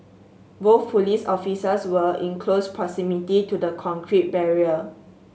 both police officers were in close proximity to the concrete barrier